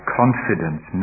confidence